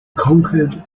conquered